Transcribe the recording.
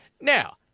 Now